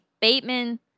Bateman